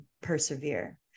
persevere